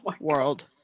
world